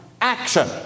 action